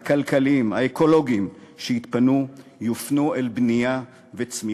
הכלכליים והאקולוגיים שיתפנו יופנו לבנייה וצמיחה.